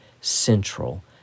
central